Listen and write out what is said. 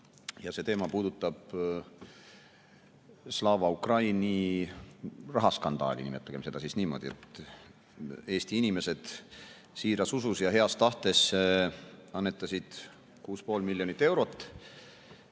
see puudutab Slava Ukraini rahaskandaali, nimetagem seda siis niimoodi. Eesti inimesed siiras usus ja heas tahtes annetasid 6,5 miljonit eurot.